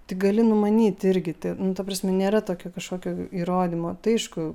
tik gali numanyti irgi nu ta prasme nėra tokio kažkokio įrodymo tai aišku